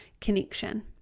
connection